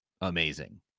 amazing